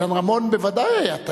אילן רמון בוודאי היה טייס,